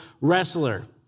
wrestler